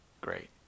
great